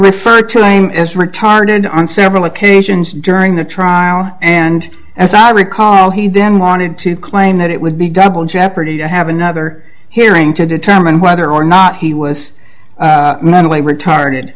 refer to as retarded on several occasions during the trial and as i recall he then wanted to claim that it would be double jeopardy to have another hearing to determine whether or not he was mentally retarded